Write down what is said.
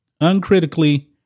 uncritically